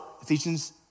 Ephesians